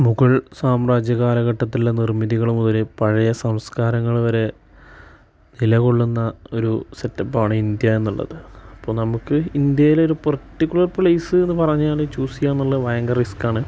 മുഗൾ സാമ്രാജ്യ കാലഘട്ടത്തിലുള്ള നിർമ്മിതികൾ മുതൽ പഴയ സംസ്കാരങ്ങൾ വരെ നിലകൊള്ളുന്ന ഒരു സെറ്റപ്പ് ആണ് ഇന്ത്യ എന്നുള്ളത് അപ്പം നമുക്ക് ഇന്ത്യയിലെ ഒരു പർട്ടിക്കുലർ പ്ലേസ് എന്ന് പറഞ്ഞാൽ ചൂസ് ചെയ്യുക എന്നുള്ളത് ഭയങ്കര റിസ്ക് ആണ്